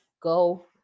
Go